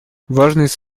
важность